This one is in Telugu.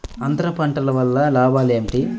అంతర పంటల వలన లాభాలు ఏమిటి?